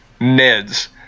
Ned's